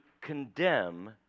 condemn